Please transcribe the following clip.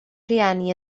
rhieni